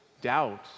doubt